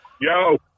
Yo